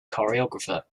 choreographer